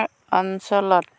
অঞ্চলত